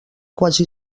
quasi